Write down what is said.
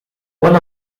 one